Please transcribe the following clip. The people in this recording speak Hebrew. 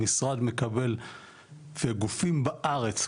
המשרד מקבל גופים בארץ,